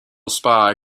spy